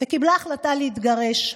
וקיבלה החלטה להתגרש.